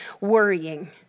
worrying